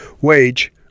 wage